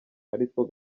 aritwo